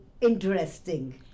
Interesting